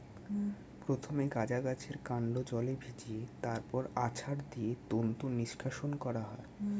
প্রথমে গাঁজা গাছের কান্ড জলে ভিজিয়ে তারপর আছাড় দিয়ে তন্তু নিষ্কাশণ করা হয়